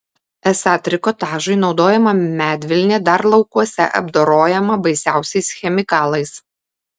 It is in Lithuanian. esą trikotažui naudojama medvilnė dar laukuose apdorojama baisiausiais chemikalais